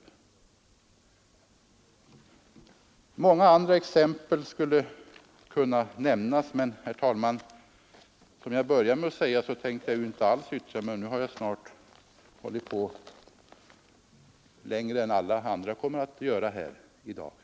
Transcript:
Många andra exempel skulle kunna nämnas. Men, herr talman, som jag började med att säga tänkte jag inte alls yttra mig, och nu har jag snart hållit på längre än alla andra kommer att göra här i dag.